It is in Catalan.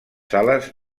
sales